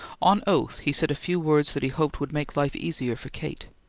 on oath he said a few words that he hoped would make life easier for kate,